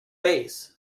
base